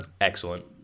Excellent